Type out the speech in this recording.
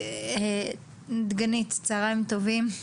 דגנית, צהריים טובים.